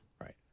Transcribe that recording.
Right